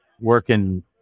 working